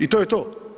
I to je to.